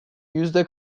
yüzde